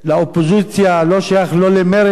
לאופוזיציה, לא שייך לא למרצ